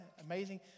amazing